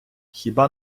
хіба